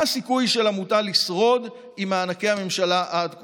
מה הסיכוי של עמותה לשרוד עם מענקי הממשלה עד כה?